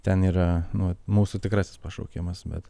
ten yra nu mūsų tikrasis pašaukimas bet